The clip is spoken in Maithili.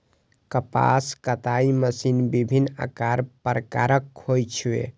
कपास कताइ मशीन विभिन्न आकार प्रकारक होइ छै